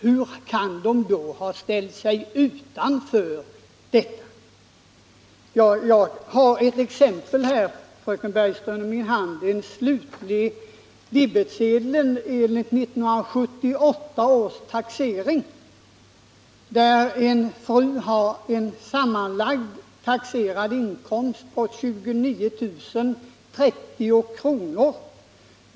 Hur kan de då ha ställt sig utanför detta system? Jag har ett exempel här i min hand, fröken Bergström. Det är en debetsedel över slutlig skatt enligt 1978 års taxering, där en gift kvinna har en sammanlagd taxerad inkomst på 29 030 kr.